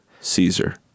Caesar